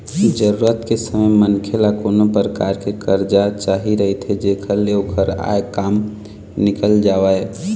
जरूरत के समे मनखे ल कोनो परकार के करजा चाही रहिथे जेखर ले ओखर आय काम निकल जावय